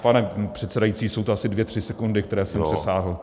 Pane předsedající, jsou to asi dvě tři sekundy, které jsem přesáhl.